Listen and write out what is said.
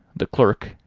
the clerk,